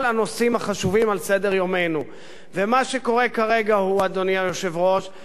סדר-יום כלשהו בנוגע לשוויון בנטל מכיוון